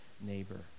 neighbor